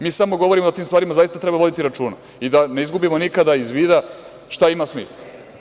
Mi samo govorimo o tim stvarima, zaista treba voditi računa i da ne izgubimo nikada iz vida šta ima smisla.